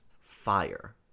fire